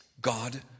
God